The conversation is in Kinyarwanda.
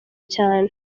cyane